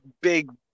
big